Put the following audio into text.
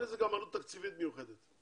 גם אין לזה עלות תקציבית מיוחדת.